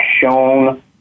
shown